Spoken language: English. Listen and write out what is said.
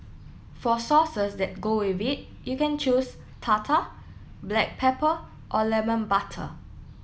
for sauces that go with it you can choose tartar black pepper or lemon butter